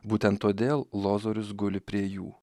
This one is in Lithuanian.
būtent todėl lozorius guli prie jų